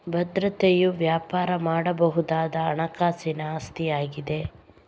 ಭದ್ರತೆಯು ವ್ಯಾಪಾರ ಮಾಡಬಹುದಾದ ಹಣಕಾಸಿನ ಆಸ್ತಿಯಾಗಿದೆ